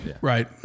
Right